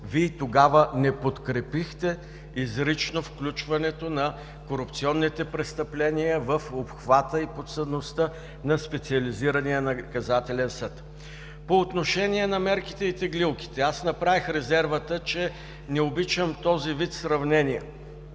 Вие тогава не подкрепихте изрично включването на корупционните престъпления в обхвата и подсъдността на Специализирания наказателен съд. По отношение на „мерките и теглилките“. Аз направих резервата, че не обичам този вид сравнение.